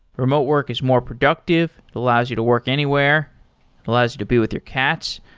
remote work is more productive. it allows you to work anywhere. it allows you to be with your cats.